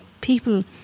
People